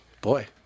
Boy